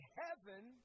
heaven